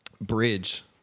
bridge